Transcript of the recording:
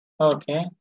Okay